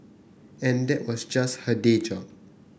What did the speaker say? and that was just her day job